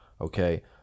okay